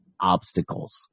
obstacles